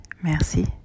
Merci